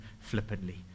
flippantly